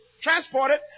transported